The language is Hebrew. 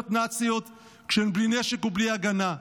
נאציות --- כשהן בלי נשק ובלי הגנה?